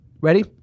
Ready